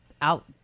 out